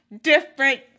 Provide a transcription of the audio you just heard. different